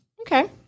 Okay